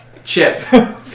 Chip